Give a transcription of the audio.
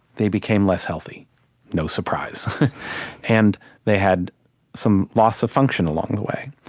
they became less healthy no surprise and they had some loss of function along the way.